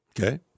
okay